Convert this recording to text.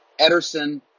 Ederson